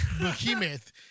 behemoth